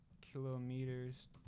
kilometers